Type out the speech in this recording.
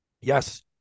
yes